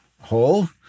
hole